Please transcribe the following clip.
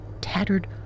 tattered